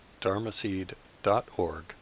dharmaseed.org